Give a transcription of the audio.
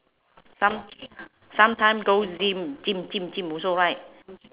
some sometime go gym gym gym gym also right